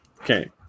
Okay